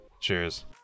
Cheers